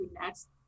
next